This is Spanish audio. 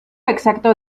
exacto